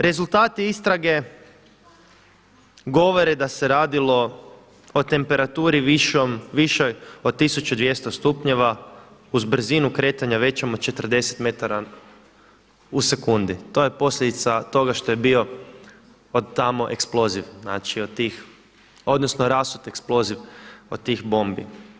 Rezultati istrage govore da se radilo o temperaturi višoj od 1200 stupnjeva uz brzinu kretanja većom od 40 m/s to je posljedica toga što je bio od tamo eksploziv, znači od tih odnosno rasuti eksploziv od tih bombi.